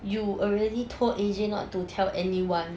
you already told A_J not to tell anyone